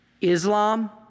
Islam